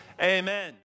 amen